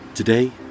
Today